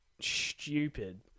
stupid